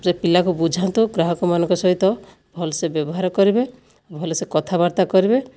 ସେ ପିଲାକୁ ବୁଝାନ୍ତୁ ଗ୍ରାହକମାନଙ୍କ ସହିତ ଭଲସେ ବ୍ୟବହାର କରିବେ ଭଲସେ କଥାବାର୍ତ୍ତା କରିବେ